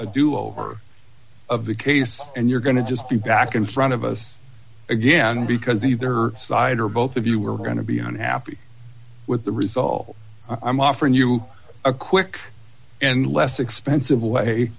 a do over of the case and you're going to just be back in front of us again because either side or both of you were going to be unhappy with the result i'm offering a quick and less expensive way